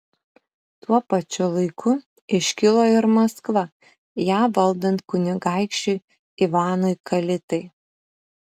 tuo pačiu laiku iškilo ir maskva ją valdant kunigaikščiui ivanui kalitai